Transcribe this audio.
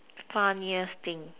funniest thing